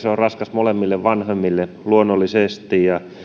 raskas molemmille vanhemmille luonnollisesti ja